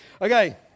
Okay